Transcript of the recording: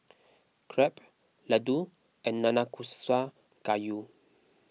Crepe Ladoo and Nanakusa Gayu